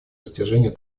достижению